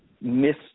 miss